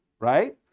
right